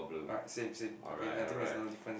alright same same okay I think there is no difference